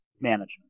management